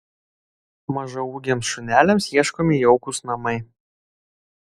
mažaūgiams šuneliams ieškomi jaukūs namai